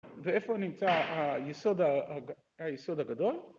ואיפה נמצא היסוד הגדול?